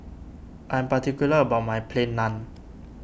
I am particular about my Plain Naan